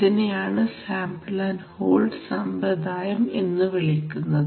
ഇതിനെയാണ് sample and hold സമ്പ്രദായം എന്നു വിളിക്കുന്നത്